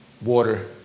water